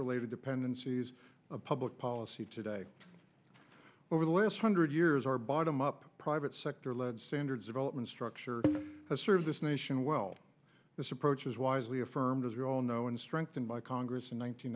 related dependencies of public policy today over the last hundred years are bottom up private sector led standards development structure has served this nation well this approach is wisely affirmed as we all know and strengthened by congress in